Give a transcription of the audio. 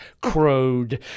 crowed